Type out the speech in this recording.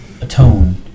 atone